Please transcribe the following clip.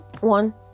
one